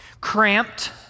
cramped